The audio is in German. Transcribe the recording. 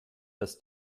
das